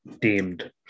deemed